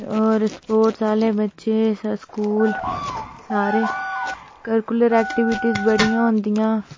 होर स्पोर्टस आह्ले बच्चे स्कूल सारे कोकरिकूलर एक्टीविटियां बड़ियां होंदियां